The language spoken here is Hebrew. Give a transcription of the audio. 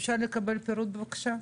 אפשר לקבל פירוט בבקשה?